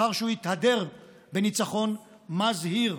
אחרי שהוא התהדר בניצחון מזהיר.